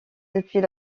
depuis